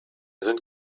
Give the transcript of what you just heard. sind